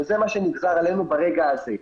וזה מה שנגזר עלינו ברגע הזה.